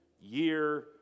year